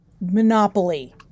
monopoly